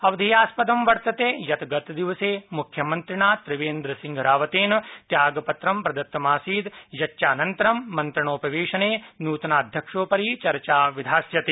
अवधेयास्पदं वर्तत यत् गतदिवसे मुख्यमंत्रिणा त्रिवेंद्रसिंह रावतेन त्यागपत्र प्रदत्तमासीत् यच्चानन्तरं मंत्रणोपवेशने नूतनाध्यक्षोपरि चर्चा विधास्यते